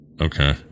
Okay